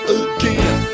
again